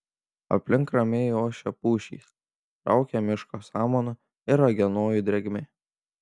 aplink ramiai ošia pušys traukia miško samanų ir uogienojų drėgme